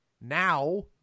now